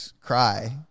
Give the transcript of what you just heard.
cry